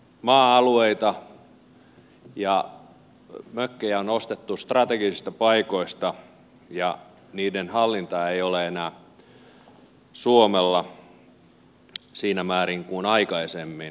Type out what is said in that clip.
maa alueita ja mökkejä on ostettu strategisista paikoista ja niiden hallinta ei ole enää suomella siinä määrin kuin aikaisemmin